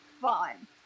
fun